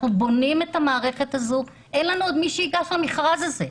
אנחנו בונים את המערכת הזאת אין לנו עדיין מי שייגש למכרז הזה.